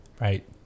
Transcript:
Right